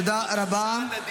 תודה רבה.